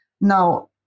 Now